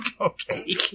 Okay